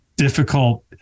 difficult